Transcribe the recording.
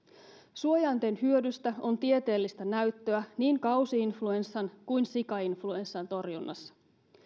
suojainten hyödystä on tieteellistä näyttöä niin kausi influenssan kuin sikainfluenssan torjunnassa